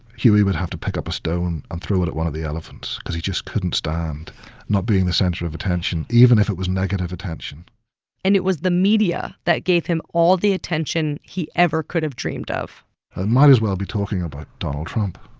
huey would have to pick up a stone and throw it at one of the elephants because he just couldn't stand not being the center of attention, even if it was negative attention and it was the media that gave him all the attention he ever could have dreamed of i might as well be talking about donald trump.